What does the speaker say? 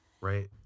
right